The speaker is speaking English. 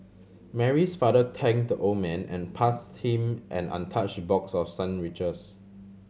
Mary's father thank the old man and pass him an untouch box of sandwiches